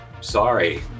sorry